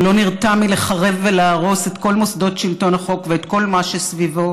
הוא לא נרתע מלחרב ולהרוס את כל מוסדות שלטון החוק ואת כל מה שסביבו,